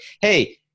Hey